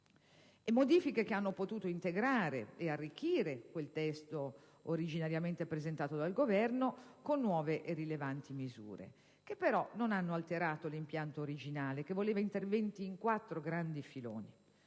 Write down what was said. modifiche che hanno potuto integrare e arricchire il testo originariamente presentato dal Governo con nuove e rilevanti misure, che però non hanno alterato l'impianto originale che voleva interventi in quattro grandi filoni: